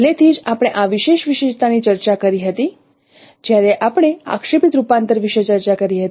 પહેલેથી જ આપણે આ વિશેષ વિશેષતાની ચર્ચા કરી હતી જ્યારે આપણે આક્ષેપિત રૂપાંતર વિશે ચર્ચા કરી હતી